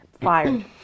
fired